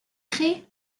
chi